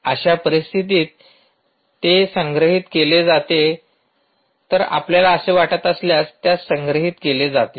अशा परिस्थितीत हे संग्रहित केले जाते तर आपल्याला असे वाटत असल्यास त्यास संग्रहित केले जाते